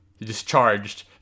discharged